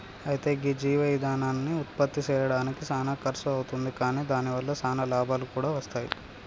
అయితే గీ జీవ ఇందనాన్ని ఉత్పప్తి సెయ్యడానికి సానా ఖర్సు అవుతుంది కాని దాని వల్ల సానా లాభాలు కూడా వస్తాయి